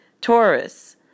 Taurus